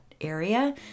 area